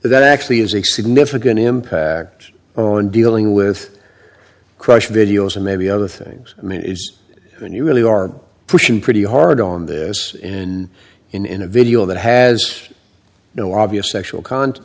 that actually has a significant impact on dealing with crush videos and maybe other things i mean is that you really are pushing pretty hard on this in in in a video that has no obvious sexual content